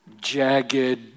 jagged